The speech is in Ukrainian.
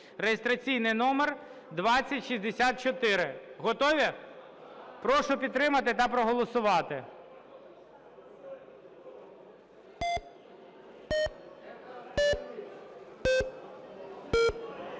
(реєстраційний номер 2064). Готові? Прошу підтримати та проголосувати.